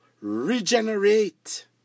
regenerate